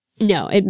No